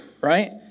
right